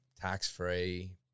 Tax-free